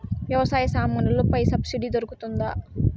వ్యవసాయ సామాన్లలో పై సబ్సిడి దొరుకుతుందా?